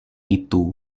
itu